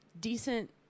decent